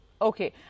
Okay